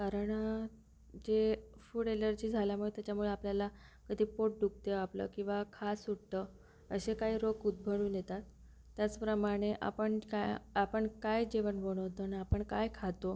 कारण जे food allergy झाल्यामुळे त्याच्यामुळे आपल्याला कधी पोट दुखते आपलं किंवा खाज सुटतं असे काय रोग उद्भळून येतात त्याचप्रमाणे आपण काय आपण काय जेवण बनवतो आणि आपण काय खातो